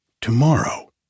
Tomorrow